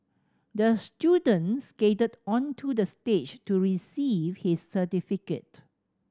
the student skated onto the stage to receive his certificate